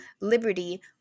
Liberty